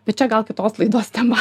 bet čia gal kitos laidos tema